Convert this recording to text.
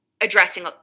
addressing